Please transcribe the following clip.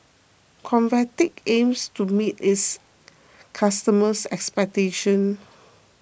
Convatec aims to meet its customers' expectations